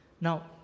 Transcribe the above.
Now